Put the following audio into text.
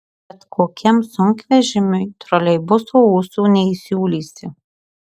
bet kokiam sunkvežimiui troleibuso ūsų neįsiūlysi